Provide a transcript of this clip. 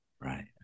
Right